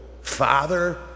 Father